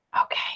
okay